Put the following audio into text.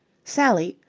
sally,